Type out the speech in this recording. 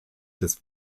des